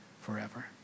forever